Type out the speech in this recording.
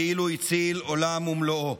כאילו הציל עולם ומלואו.